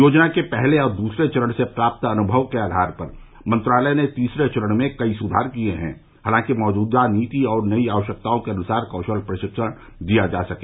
योजना के पहले और दूसरे चरण से प्राप्त अनुमव के आधार पर मंत्रालय ने तीसरे चरण में कई सुधार किये हैं ताकि मौजूदा नीति और नई आवश्यकताओं के अनुसार कौशल प्रशिक्षण दिया जा सके